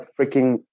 freaking